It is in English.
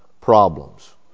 problems